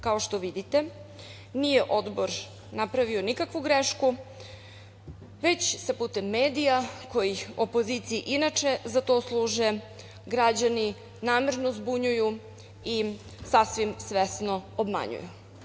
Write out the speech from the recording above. Kao što vidite, nije Odbor napravio nikakvu grešku, već se putem medija koji opoziciji inače za to služe, građani namerno zbunjuju i sasvim svesno obmanjuju.